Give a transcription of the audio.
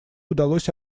удалось